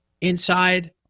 inside